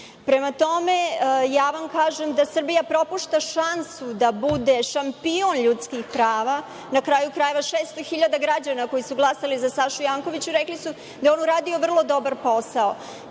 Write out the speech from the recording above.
tome, ja vam kažem da Srbija propušta šansu da bude šampion ljudskih prava. Na kraju krajeva, 600 hiljada građana koji su glasali za Sašu Jankovića rekli su da je on uradio vrlo dobar posao.